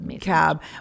cab